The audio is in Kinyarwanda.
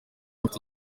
mfite